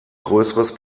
größeres